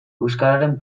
euskararen